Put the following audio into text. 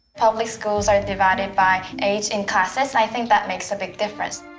public schools are divided by age in classes. i think that makes a big difference.